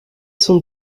son